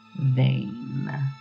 vain